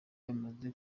bamaze